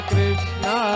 Krishna